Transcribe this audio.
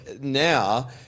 now